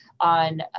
on